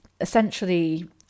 essentially